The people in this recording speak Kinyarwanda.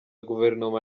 guverinoma